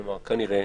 כנראה,